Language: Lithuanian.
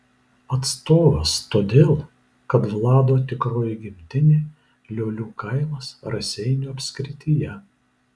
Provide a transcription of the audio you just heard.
atstovas todėl kad vlado tikroji gimtinė liolių kaimas raseinių apskrityje